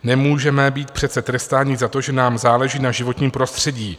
Nemůžeme být přece trestáni za to, že nám záleží na životním prostředí.